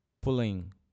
pulling